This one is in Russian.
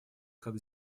как